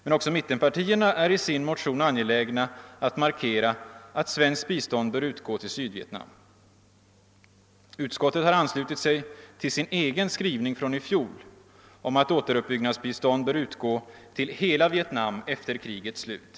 Men också mittenpartierna är i sin motion angelägna att markera att svenskt bistånd bör utgå till Sydvietnam. Utskottet har anslutit till sin egen skrivning från i fjol om att återuppbyggnadsbistånd bör utgå till hela Vietnam efter krigets slut.